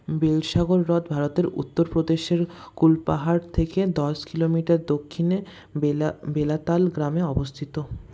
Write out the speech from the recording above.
বেলসাগর হ্রদ ভারতের উত্তর প্রদেশের কুলপাহাড় থেকে দশ কিলোমিটার দক্ষিণে বেলাতাল গ্রামে অবস্থিত